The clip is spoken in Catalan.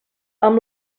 amb